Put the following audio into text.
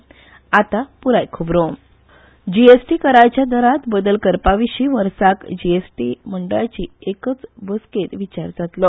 जी S T G S T कराच्या दरात बदल करपा विश्वी वर्साक जी एस टी मंडळाची एकेच बस्तकेत विचार जातलो